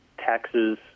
Taxes